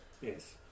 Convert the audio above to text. Yes